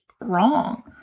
wrong